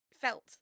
felt